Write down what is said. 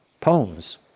poems